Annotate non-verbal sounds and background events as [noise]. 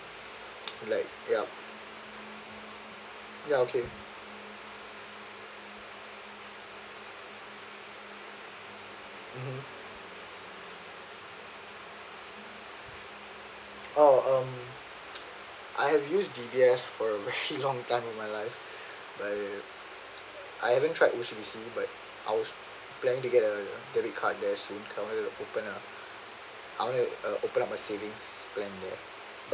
like yup ya okay mmhmm oh um I have used D_B_S for a very [laughs] long time in my life I I haven't tried O_C_B_C but I was planning to get a debit card there so it can cover the open lah I want to uh open up my savings plan there but